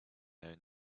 own